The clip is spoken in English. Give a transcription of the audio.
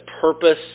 purpose